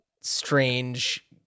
strange